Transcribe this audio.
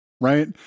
right